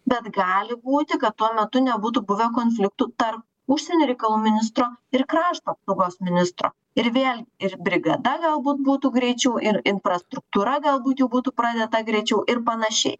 bet gali būti kad tuo metu nebūtų buvę konfliktų tarp užsienio reikalų ministro ir krašto apsaugos ministro ir vėl ir brigada galbūt būtų greičiau ir infrastruktūra galbūt jau būtų pradėta greičiau ir panašiai